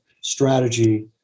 strategy